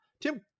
Tim